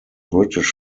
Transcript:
british